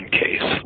case